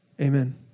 Amen